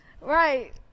Right